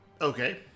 Okay